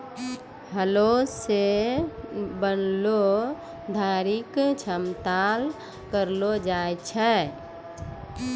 हलो सें बनलो धारी क समतल करलो जाय छै?